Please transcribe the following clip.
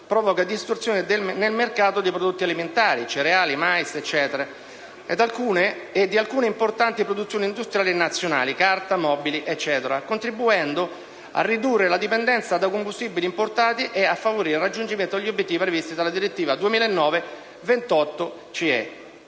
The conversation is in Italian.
provoca distorsioni nel mercato dei prodotti alimentari (cereali, mais ed altro) e di alcune importanti produzioni industriali nazionali (carta, mobili e quant'altro) contribuendo a ridurre la dipendenza da combustibili importati e a favorire il raggiungimento degli obiettivi previsti dalla direttiva 2009/28/CE.